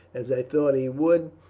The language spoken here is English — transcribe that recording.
as i thought he would,